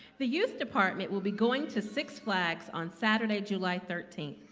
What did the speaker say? the youth department will be going to six flags on saturday july thirteenth.